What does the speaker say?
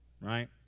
Right